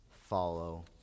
follow